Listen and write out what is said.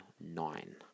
nine